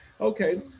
Okay